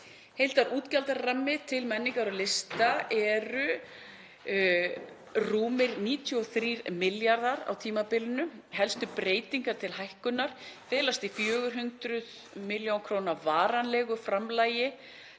Heildarútgjaldarammi til menningar og lista er rúmir 93 milljarðar á tímabilinu. Helstu breytingar til hækkunar felast í 400 millj. kr. varanlegu framlagi